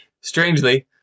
strangely